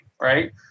Right